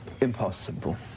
impossible